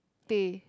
teh